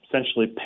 essentially